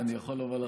אני יכול לומר לך,